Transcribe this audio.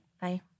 Bye